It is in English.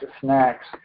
snacks